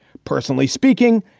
personally speaking,